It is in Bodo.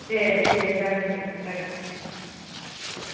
दे दे जागोन दे जागोन दे